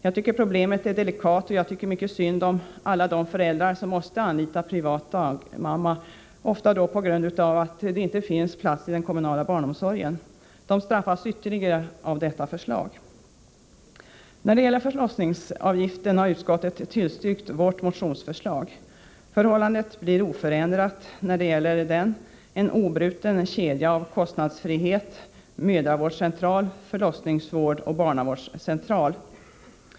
Jag tycker att problemet är delikat, och jag tycker mycket synd om alla de föräldrar som måste anlita privat dagmamma — ofta på grund av att det inte finns plats i den kommunala barnomsorgen. De straffas ytterligare av detta förslag. När det gäller förlossningsavgiften har utskottet tillstyrkt vårt motionsförslag. Förhållandet blir oförändrat. Det blir alltså en obruten kedja av kostnadsfrihet med mödravårdscentral, förlossningsvård och barnavårdscentral.